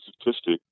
statistic